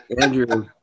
Andrew